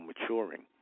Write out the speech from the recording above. maturing